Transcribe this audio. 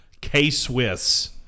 K-Swiss